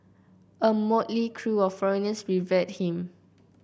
a motley crew of foreigners revered him